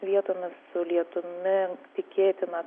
vietomis su lietumi tikėtina